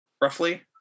roughly